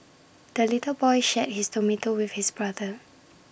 the little boy shared his tomato with his brother